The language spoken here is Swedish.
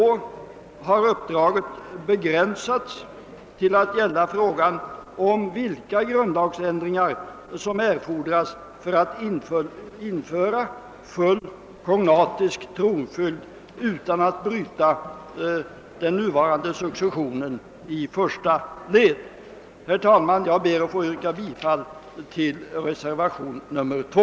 I reservationen 2 har uppdraget begränsats till att gälla frågan om vilka grundlagsändringar som erfordras för att införa full kognatisk tronföljd utan att bryta den nuvarande successionen i första led. Herr talman! Jag ber att få yrka bifall till reservationen 2.